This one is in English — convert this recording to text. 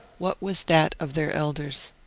what was that of their elders?